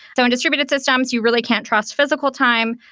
so in distributed systems, you really can't trust physical time.